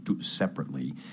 separately